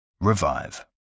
Revive